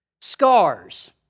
Scars